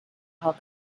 hall